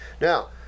now